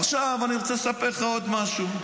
עכשיו אני רוצה לספר לך עוד משהו.